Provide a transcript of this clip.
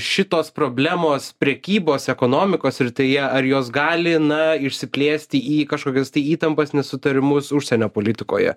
šitos problemos prekybos ekonomikos srityje ar jos gali na išsiplėsti į kažkokias tai įtampas nesutarimus užsienio politikoje